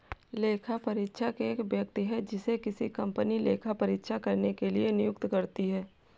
लेखापरीक्षक एक व्यक्ति है जिसे किसी कंपनी लेखा परीक्षा करने के लिए नियुक्त करती है